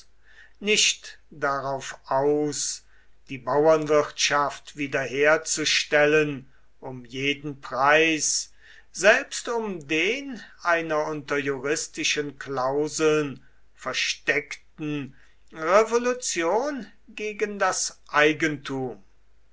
nicht darauf aus die bauernwirtschaft wiederherzustellen um jeden preis selbst um den einer unter juristischen klauseln versteckten revolution gegen das eigentum